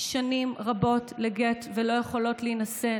שנים רבות לגט ולא יכולות להינשא,